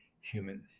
human